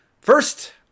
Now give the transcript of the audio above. first